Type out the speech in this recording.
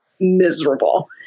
miserable